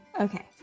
Okay